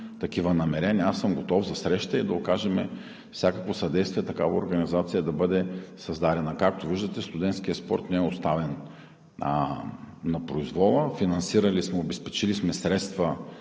такива намерения, аз съм готов за среща и да окажем всякакво съдействие такава организация да бъде създадена. Както виждате, студентският спорт не е оставен на произвола. Финансирали сме, обезпечили сме средства,